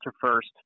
first